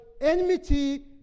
Enmity